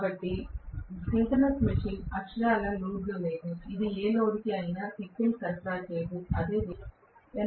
కాబట్టి synchronous machine అక్షరాలా లోడ్లో లేదు ఇది ఏ లోడ్కి అయినా శక్తిని సరఫరా చేయదు అదే దీని అర్థం